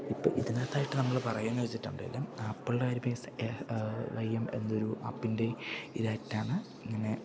ഇപ്പം ഇതിനകത്തായിട്ട് നമ്മള് പറയുകയാണെന്ന് വെച്ചിട്ടുണ്ടെങ്കിലും ആപ്പിൻ്റെ ഇതായിട്ടാണ് ഇങ്ങനെ